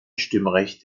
stimmrecht